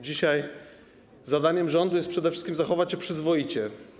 Dzisiaj zadaniem rządu jest przede wszystkim zachować się przyzwoicie.